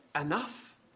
enough